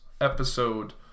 episode